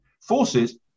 forces